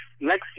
next